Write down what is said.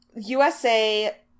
USA